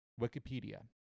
Wikipedia